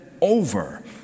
over